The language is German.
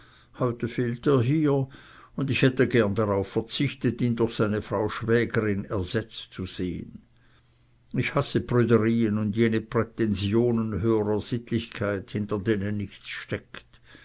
heute fehlt er hier und ich hätte gern darauf verzichtet ihn durch seine frau schwägerin ersetzt zu sehen ich hasse prüderien und jene prätensionen höherer sittlichkeit hinter denen nichts steckt